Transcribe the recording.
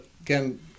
again